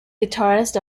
guitarist